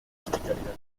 hospitalidad